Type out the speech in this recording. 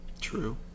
True